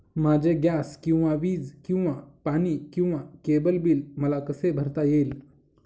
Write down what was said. माझे गॅस किंवा वीज किंवा पाणी किंवा केबल बिल मला कसे भरता येईल?